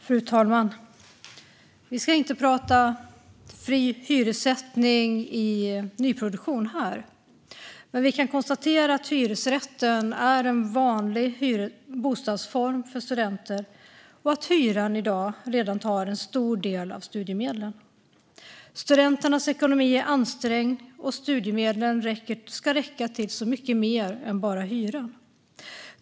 Fru talman! Vi ska inte prata fri hyressättning i nyproduktion här, men vi kan konstatera att hyresrätten är en vanlig bostadsform för studenter och att hyran redan i dag tar en stor del av studiemedlen. Studenternas ekonomi är ansträngd, och studiemedlen ska räcka till mycket mer än bara hyran.